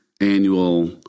annual